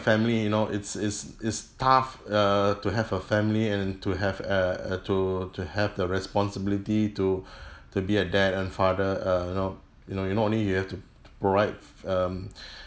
family you know it's it's it's tough err to have a family and to have uh uh to to have the responsibility to to be a dad and father uh you know you know you not only you have to to provide um